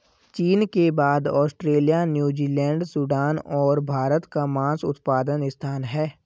चीन के बाद ऑस्ट्रेलिया, न्यूजीलैंड, सूडान और भारत का मांस उत्पादन स्थान है